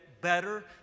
better